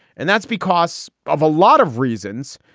and that's because of a lot of reasons.